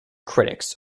critics